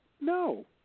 no